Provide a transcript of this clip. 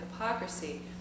hypocrisy